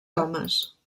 homes